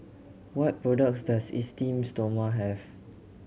what products does Esteem Stoma have